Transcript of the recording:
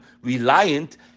reliant